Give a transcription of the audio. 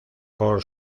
por